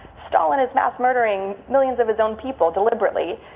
stalin is mass-murdering millions of his own people, deliberately,